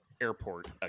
Airport